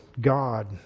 God